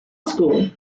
school